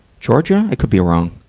georgia? i could be wrong.